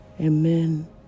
amen